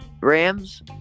Rams